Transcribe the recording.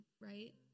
right